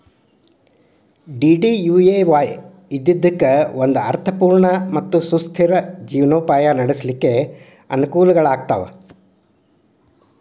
DDUAY ಇದ್ದಿದ್ದಕ್ಕ ಒಂದ ಅರ್ಥ ಪೂರ್ಣ ಮತ್ತ ಸುಸ್ಥಿರ ಜೇವನೊಪಾಯ ನಡ್ಸ್ಲಿಕ್ಕೆ ಅನಕೂಲಗಳಾಗ್ತಾವ